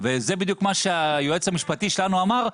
זה בדיוק מה שהיועץ המשפטי שלנו אמר,